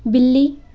बिल्ली